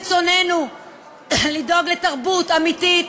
לא נכון, אם ברצוננו לדאוג לתרבות אמיתית,